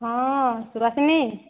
ହଁ ସୁଭାସିନି